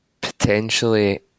potentially